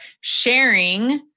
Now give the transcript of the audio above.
sharing